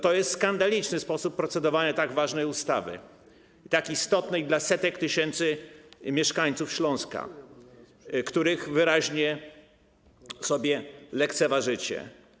To jest skandaliczny sposób procedowania nad tak ważną ustawą, istotną dla setek tysięcy mieszkańców Śląska, których wyraźnie sobie lekceważycie.